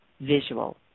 visual